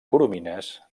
coromines